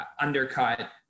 undercut